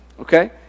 okay